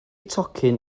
tocyn